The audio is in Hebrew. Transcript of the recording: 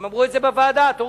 הם אמרו את זה בוועדה, תורידו,